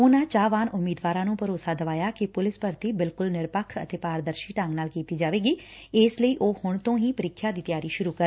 ਉਨੂਾਂ ਚਾਹਵਾਨ ਉਮੀਦਵਾਰਾਂ ਨੂਂ ਭਰੋਸਾ ਦਵਾਇਆ ਕਿ ਪੁਲਿਸ ਭਰਤੀ ਬਿਲਕੁਲ ਨਿਰਪੱਖ ਅਤੇ ਪਾਰਦਰਸ਼ੀ ਢੰਗ ਨਾਲ ਕੀਤੀ ਜਾਵੇਗੀ ਇਸ ਲਈ ਉਹ ਹੁਣ ਤੋਂ ਹੀ ਪ੍ਰੀਖਿਆ ਦੀ ਤਿਆਰੀ ਸੁਰੁ ਕਰਨ